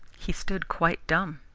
he stood quite dumb.